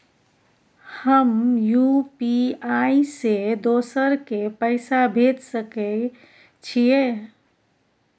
हम यु.पी.आई से दोसर के पैसा भेज सके छीयै?